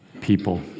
people